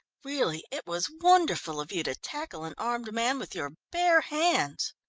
really, it was wonderful of you to tackle an armed man with your bare hands.